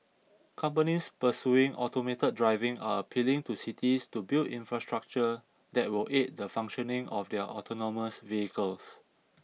companies pursuing automated driving are appealing to cities to build infrastructure that will aid the functioning of their autonomous vehicles